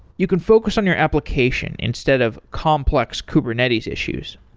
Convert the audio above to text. you can focus on your application instead of complex kubernetes issues.